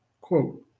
quote